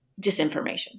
disinformation